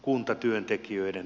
kuntatyöntekijöiden